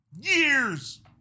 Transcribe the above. years